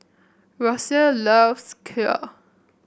Rocio loves Kheer